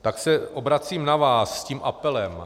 Tak se obracím na vás s tím apelem.